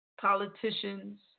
politicians